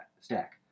stack